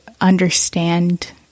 understand